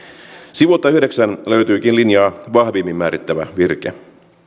sivulta yhdeksän löytyykin linjaa vahvimmin määrittävä virke